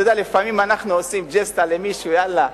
אתה יודע לפעמים אנחנו עושים ג'סטה למישהו, יאללה,